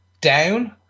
down